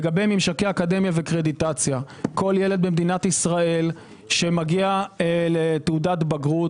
לגבי ממשקי אקדמיה וקרדיטציה - כל ילד במדינת ישראל שמגיע לתעודת בגרות